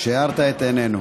שהארת את עינינו.